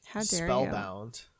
Spellbound